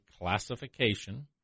classification